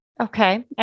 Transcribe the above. Okay